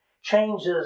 Changes